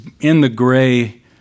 in-the-gray